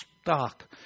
stock